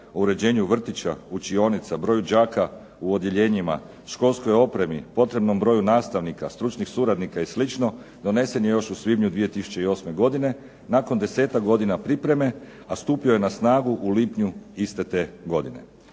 o uređenju vrtića, učionica, broju đaka u odjeljenjima, školskoj opremi, potrebnom broju nastavnika, stručnih suradnika i sl. donesen je još u svibnju 2008. godine nakon 10-tak godina pripreme, a stupio je na snagu u lipnju iste te godine.